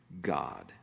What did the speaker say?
God